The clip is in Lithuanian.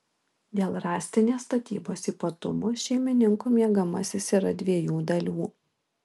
dėl rąstinės statybos ypatumų šeimininkų miegamasis yra dviejų dalių